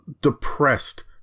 depressed